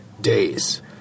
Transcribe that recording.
days